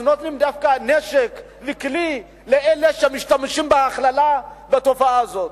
אז נותנים דווקא נשק וכלי לאלה שמשתמשים בהכללה בתופעה הזאת.